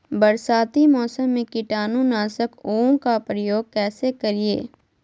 बरसाती मौसम में कीटाणु नाशक ओं का प्रयोग कैसे करिये?